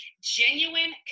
genuine